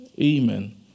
Amen